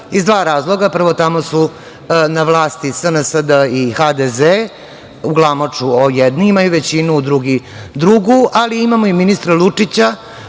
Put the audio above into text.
iz dva razloga. Prvo, tamo su na vlasti SNSD i HDZ. U Glamoču jedni imaju većinu, a drugi drugu, ali imamo i ministra Lučića